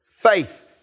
Faith